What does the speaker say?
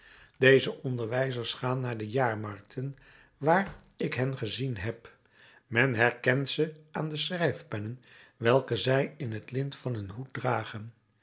deze onderwijzers gaan naar de jaarmarkten waar ik hen gezien heb men herkent ze aan de schrijfpennen welke zij in het lint van hun hoed dragen